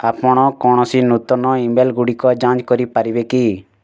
ଆପଣ କୌଣସି ନୂତନ ଇମେଲ୍ଗୁଡ଼ିକ ଯାଞ୍ଚ କରିପାରିବେ କି